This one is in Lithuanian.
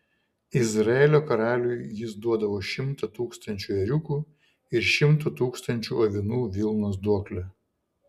izraelio karaliui jis duodavo šimtą tūkstančių ėriukų ir šimto tūkstančių avinų vilnos duoklę